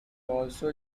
also